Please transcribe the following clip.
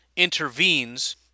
intervenes